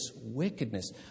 wickedness